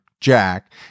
Jack